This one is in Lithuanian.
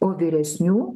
o vyresnių